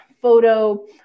photo